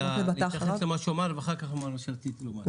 רק להתייחס למה שהוא אמר ואחר כך מה שרציתי לומר.